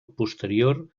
posterior